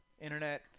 internet